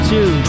Two